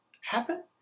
happen